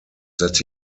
that